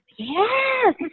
Yes